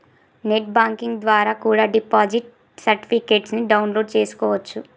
net banking ద్వారా కూడా deposit certificates ని డౌన్ లోడ్ చేస్కోవచ్చు